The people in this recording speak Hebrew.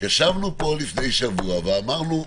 ישבנו פה לפני שבוע ואמרנו,